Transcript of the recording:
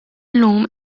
llum